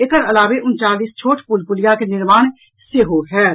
एकर अलावे उनचालीस छोट पुल पुलिया के निर्माण सेहो होयत